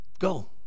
go